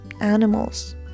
animals